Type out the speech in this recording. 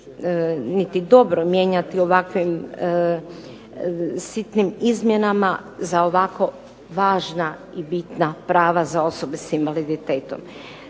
niti dobro mijenjati ovakvim sitnim izmjenama za ovako važna i bitna prava za osobe s invaliditetom.